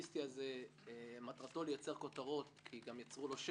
כי הם מסכנים את המקצוע שלהם,